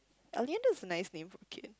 Oleander is a nice name for kid